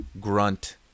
grunt